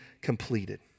completed